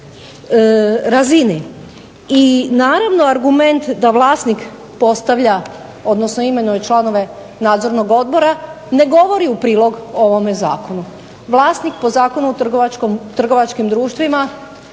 razini. I naravno argument da vlasnik postavlja odnosno imenuje članove nadzornog odbora ne govori u prilog ovome zakonu. Vlasnik po Zakonu o trgovačkim društvima